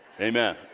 Amen